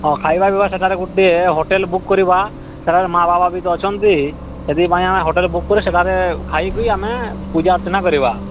ହଁ ଖାଇବା ପିଇବା ସେଠାରେ ଗୋଟିଏ ହୋଟେଲ୍ ବୁକ୍ କରିବା ସେଠାରେ ମା ବାପା ବି ତ ଅଛନ୍ତି ସେଥିପାଇଁ ଆମେ ହୋଟେଲ୍ ବୁକ୍ କରି ସେଠାରେ ଖାଇ କିରି ଆମେ ପୂଜାର୍ଚ୍ଚନା କରିବା